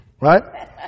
right